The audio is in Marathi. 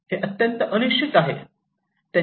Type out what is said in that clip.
हे अत्यंत अनिश्चित आहे